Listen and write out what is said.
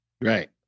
Right